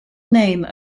name